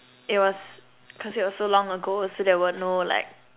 it was cause it was so long ago so there were no like